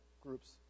groups